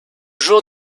jour